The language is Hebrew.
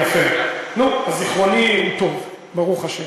יפה, נו, זיכרוני טוב, ברוך השם.